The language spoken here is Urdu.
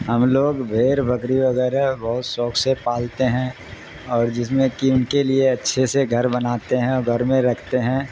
ہم لوگ بھیر بکری وغیرہ بہت شوق سے پالتے ہیں اور جس میں کہ ان کے لیے اچھے سے گھر بناتے ہیں اور گھر میں رکھتے ہیں